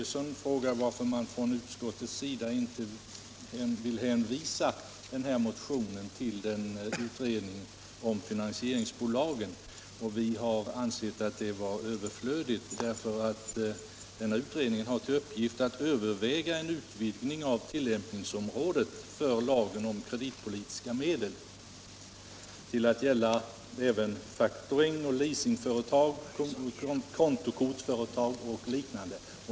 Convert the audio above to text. Herr talman! Herr Börjesson i Falköping frågar varför utskottet inte vill hänvisa denna motion till utredningen om finansieringsbolagen. Vi har ansett att det är överflödigt, eftersom denna utredning har till uppgift att överväga en utvidgning av tillämpningsområdet för lagen om kreditpolitiska medel till att gälla även factoringföretag, leasingföretag, kontokortföretag och liknande.